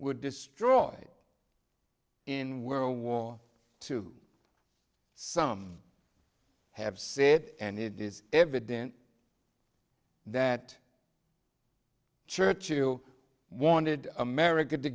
would destroy it in world war two some have said and it is evident that churchill you wanted america to